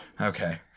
Okay